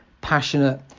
passionate